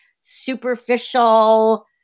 superficial